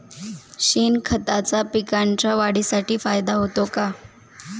शेणखताचा पिकांच्या वाढीसाठी फायदा होतो का?